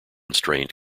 constraint